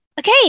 okay